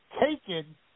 taken